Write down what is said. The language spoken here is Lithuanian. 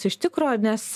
iš tikro nes